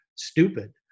stupid